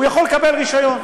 הוא יכול לקבל רישיון.